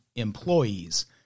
employees